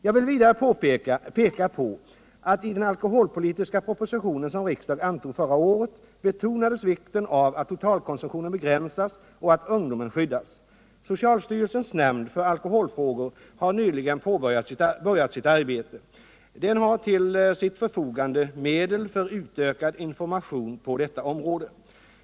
Jag vill vidare peka på att i den alkoholpolitiska propositionen som riksdagen antog förra året betonades vikten av att totalkonsumtionen begränsas och att ungdomen skyddas. Socialstyrelsens nämnd för alkoholfrågor har nyligen börjat sitt arbete. Den har till sitt förfogande medel för utökad information på detta område.